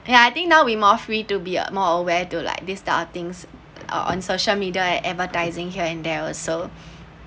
ya I think now we more free to be more aware to like this type of thing on on social media and advertising here and there also